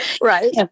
right